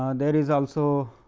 um there is also